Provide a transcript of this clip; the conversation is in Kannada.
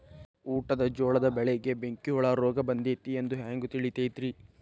ಊಟದ ಜೋಳದ ಬೆಳೆಗೆ ಬೆಂಕಿ ಹುಳ ರೋಗ ಬಂದೈತಿ ಎಂದು ಹ್ಯಾಂಗ ತಿಳಿತೈತರೇ?